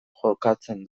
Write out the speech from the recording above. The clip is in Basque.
jokatzen